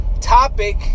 topic